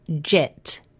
jet